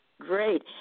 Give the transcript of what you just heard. Great